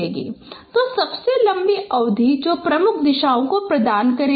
तो सबसे लंबी अवधि जो प्रमुख दिशाओं को प्रदान करेगी